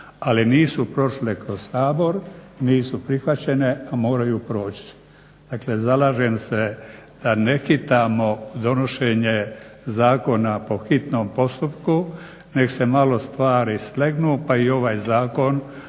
Ali nisu prošle kroz Sabor, nisu prihvaćene, a moraju proći. Dakle, zalažem se da ne hitamo donošenje zakona po hitnom postupku, neg se malo stvari slegnu pa i ovaj Zakon